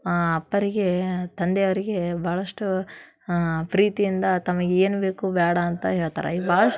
ಅಪ್ಪರಿಗೇ ತಂದೆಯರಿಗೆ ಭಾಳಷ್ಟು ಪ್ರೀತಿಯಿಂದ ತಮಗೆ ಏನು ಬೇಕು ಬೇಡ ಅಂತ ಹೇಳ್ತಾರೆ ಈ ಭಾಳ